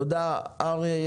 תודה, אריה.